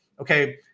okay